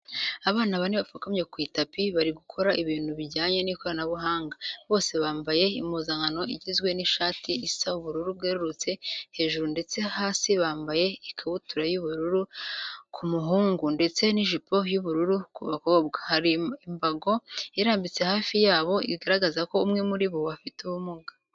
Abana bane bapfukamye ku itapi bari gukora ibintu bijyanye n'ikoranabuhanga, bose bamabye impuzankano igizwe n'ishati isa ubururu bwerurutse hejuru ndetse hasi bambaye ikabutura y'ubururu ku muhungu ndetse n'ijipo y'ubururu ku bakobwa. Hari imbago irambitse hafi yabo bigaragaza ko umwe muri bo afite ubumuga.